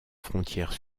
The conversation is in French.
frontière